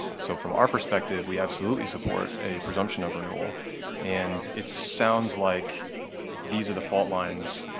so from our perspective, we absolutely support a presumption of renewal and it sounds like these are the fault lines,